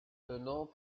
tenant